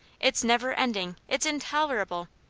it's never ending, it's intolerable.